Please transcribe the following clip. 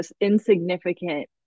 insignificant